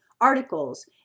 articles